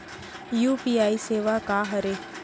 UPI सेवा का हरे?